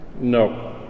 No